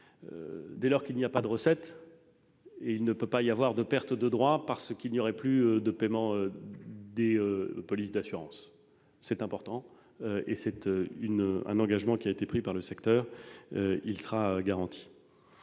dès lors qu'il n'y a pas de recettes, il ne pourra pas y avoir de perte de droits parce qu'il n'y aurait plus de paiement des polices d'assurance. Cet engagement important a été pris par le secteur, et il sera garanti.